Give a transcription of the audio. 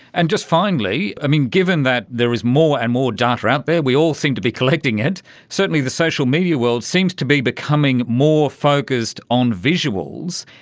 and just finally, ah given that there is more and more data out there, we all seem to be collecting it, certainly the social media world seems to be becoming more focused on visuals.